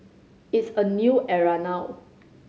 it's a new era now